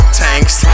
tanks